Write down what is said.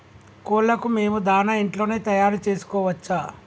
కోళ్లకు మేము దాణా ఇంట్లోనే తయారు చేసుకోవచ్చా?